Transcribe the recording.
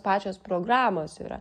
pačios programos yra